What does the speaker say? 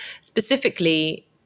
specifically